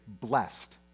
blessed